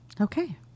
Okay